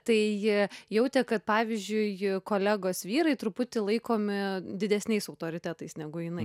tai ji jautė kad pavyzdžiui kolegos vyrai truputį laikomi didesniais autoritetais negu jinai